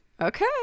Okay